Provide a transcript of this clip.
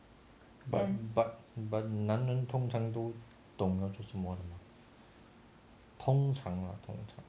but but but 男人通常都懂得做什么的吗通常啦通常